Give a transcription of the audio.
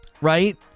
Right